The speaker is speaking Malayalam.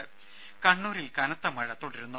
രമേ കണ്ണൂരിൽ കനത്ത മഴ തുടരുന്നു